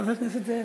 חבר הכנסת זאב.